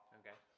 okay